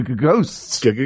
Ghosts